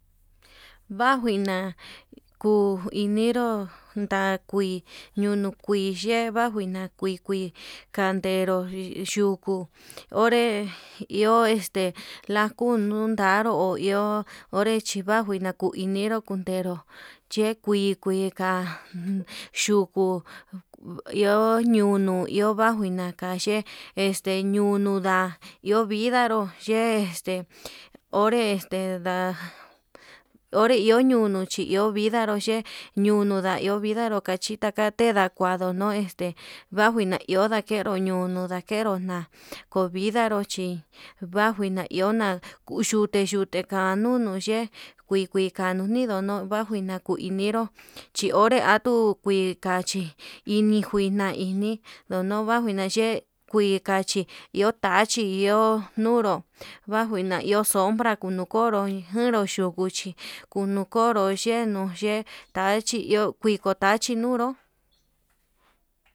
Banjuina kuu enero ndakui yunukui yee vanjuina kui kui kandero, yuku onre este lakun n ru hu iho onre chivanjuina kuu inero kundero che kui kuika, yuku iho ñunu iho vanjuina kayee este ñunuu nda'a iho vidaro ye'e este, onre este nda'a onre iho ñunu chí iho vindaru yee ñunu nda iho vindaru kachi takate tendakunro no este vanjuina iho ndakenro ñunu ndakero na'a, ovindaró chi vanjuina ihó na'a yute yute kanunu ye'e kui kui ndikano no'o vanjuina kuu enero, chi onre atuu kui tachí ini kui na ini ndono kuajina yee kuikachi iho tachi iho nunro, banjuina iho sombra nukonro njero yukuchi kuu nukonro yenuu yee tachi iho viko tachi nuu nró.